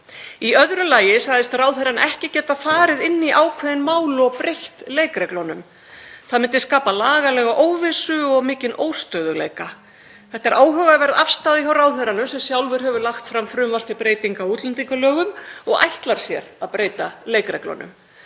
Í öðru lagi sagðist ráðherrann ekki getað farið inn í ákveðin mál og breytt leikreglunum, það myndi skapa lagalega óvissu og mikinn óstöðugleika. Þetta er áhugaverð afstaða hjá ráðherranum sem sjálfur hefur lagt fram frumvarp til breytinga á útlendingalögum og ætlar sér að breyta leikreglunum.